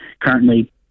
currently